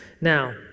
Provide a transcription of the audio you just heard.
Now